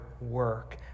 work